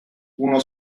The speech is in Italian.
uno